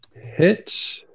hit